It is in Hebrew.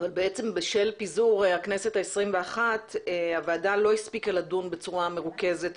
בשל פיזור הכנסת ה-21 הוועדה לא הספיקה לדון בצורה מרוכזת